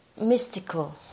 mystical